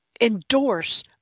endorse